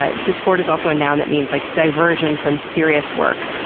ah desport is also a noun that means like diversion from serious work.